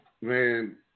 man